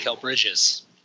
Bridges